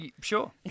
Sure